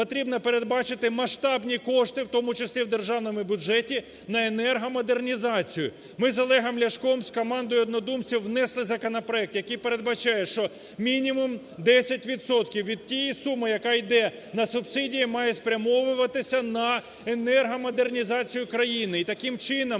потрібно передбачити масштабні кошти, в тому числі у державному бюджеті на енергомодернізацію. Ми з Олегом Ляшком, з командою однодумців, внесли законопроект, який передбачає, що мінімум 10 відсотків від тієї суми, яка йде на субсидії, має спрямовуватися на енергомодернізацію країни. І таким чином